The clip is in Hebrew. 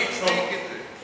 אבל מי הצדיק את זה?